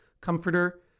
comforter